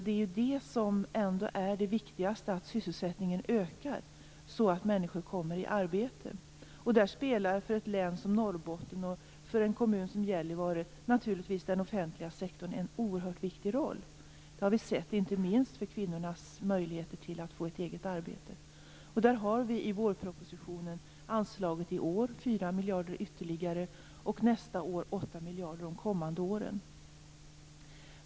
Det viktigaste är ju ändå att sysselsättningen ökar så att människor kommer i arbete. För ett län som Norrbotten och en kommun som Gällivare spelar naturligtvis den offentliga sektorn en oerhört viktig roll. Det har vi sett inte minst för kvinnors möjlighet att få ett eget arbete. Vi har i vårpropositionen anslagit ytterligare 4 miljarder i år och 8 miljarder nästa år och de kommande åren.